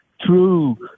true